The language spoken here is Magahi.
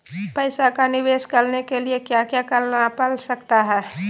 पैसा का निवेस करने के लिए क्या क्या करना पड़ सकता है?